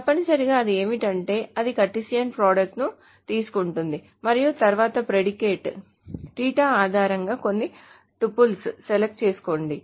తప్పనిసరిగా అది ఏమిటంటే అది కార్టెసియన్ ప్రోడక్ట్ ని తీసుకుంటుంది మరియు తరువాత ప్రెడికేట్ తీటా ఆధారంగా కొన్ని టుపుల్స్ సెలెక్ట్ చేసుకోండి